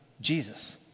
Jesus